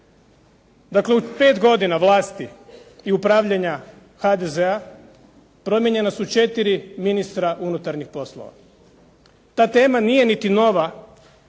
Dakle, u pet godina vlasti i upravljanja HDZ-a promijenjena su četiri ministra unutarnjih poslova, ta tema nije niti nova,